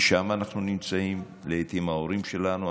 כי שם אנחנו נמצאים, ולעיתים ההורים שלנו.